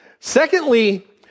Secondly